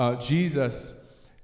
Jesus